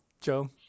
Joe